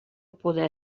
poder